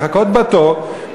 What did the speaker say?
לחכות בתור,